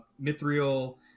mithril